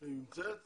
מתנדבת